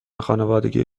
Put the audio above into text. خانوادگی